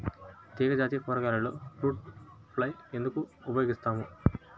తీగజాతి కూరగాయలలో fruit fly ఎందుకు ఉపయోగిస్తాము?